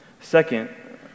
Second